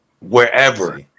wherever